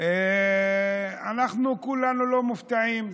אנחנו כולנו לא מופתעים,